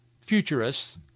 futurists